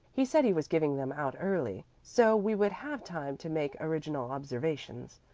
he said he was giving them out early so we would have time to make original observations.